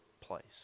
place